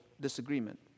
disagreement